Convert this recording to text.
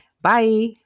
Bye